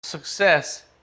Success